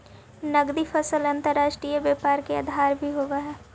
नगदी फसल अंतर्राष्ट्रीय व्यापार के आधार भी होवऽ हइ